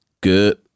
Good